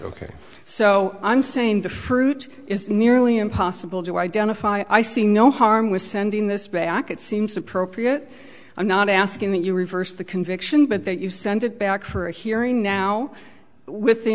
ok so i'm saying the fruit is nearly impossible to identify i see no harm with sending this back it seems appropriate i'm not asking that you reverse the conviction but that you send it back for a hearing now with the